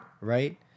Right